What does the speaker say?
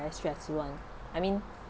very stressful one I mean